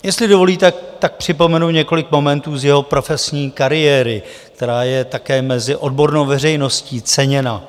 Jestli dovolíte, připomenu několik momentů z jeho profesní kariéry, která je také mezi odbornou veřejností ceněna.